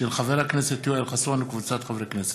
של חבר הכנסת יואל חסון וקבוצת חברי הכנסת.